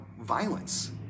violence